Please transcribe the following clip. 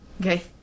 okay